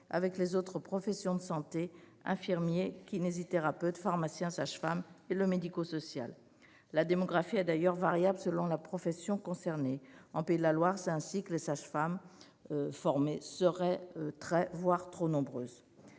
avec les autres professions de santé- infirmiers, kinésithérapeutes, pharmaciens, sages-femmes, etc. -et le secteur médico-social. La démographie est très variable selon la profession concernée. En Pays de la Loire, les sages-femmes formées seraient très, voire trop nombreuses